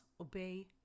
obey